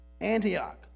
Antioch